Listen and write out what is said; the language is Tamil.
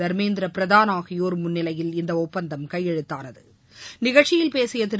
தர்மேந்திர பிரதான் ஆகியோர் முன்னிலையில் இந்த ஒப்பந்தம் கையெழுத்தானது நிகழ்ச்சியில் பேசிய திரு